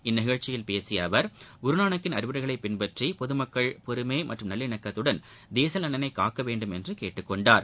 இந்நிகழ்ச்சியில் பேசிய அறிவுரைகளை பின்பற்றி பொதுமக்கள் பொறுமை மற்றும் நல்லிணக்கத்துடன் தேசிய நலனை காக்க வேண்டும் என்று கேட்டுக் கொண்டார்